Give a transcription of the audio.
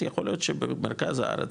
יכול להיות שבמרכז הארץ,